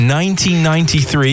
1993